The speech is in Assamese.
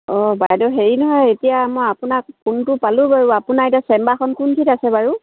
অঁ বাইদেউ হেৰি নহয় এতিয়া মই আপোনাক ফোনটো পালোঁ বাৰু আপোনাৰ এতিয়া চেম্বাৰখন কোনখিনিতে আছে বাৰু